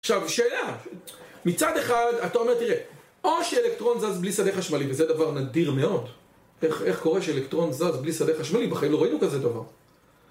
עכשיו שאלה, מצד אחד אתה אומר תראה, או שאלקטרון זז בלי שדה חשמלי וזה דבר נדיר מאוד, איך קורה שאלקטרון זז בלי שדה חשמלי, בחיים לא ראינו כזה דבר